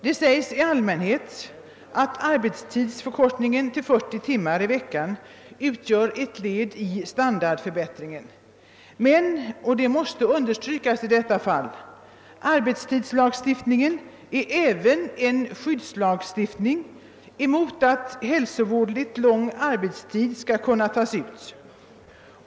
Det sägs i allmänhet att arbetstidsförkortningen till 40 timmar per vecka utgör ett led i standardförbättringen men — och det måste i detta fall understrykas — arbetstidslagen är även en skyddslag som skall förhindra att hälsovådligt lång arbetstid tas ut.